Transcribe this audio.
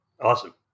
Awesome